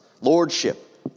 lordship